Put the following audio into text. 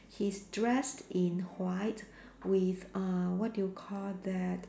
he's dress in white with uh what do you call that